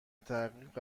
تعقیب